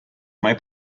mai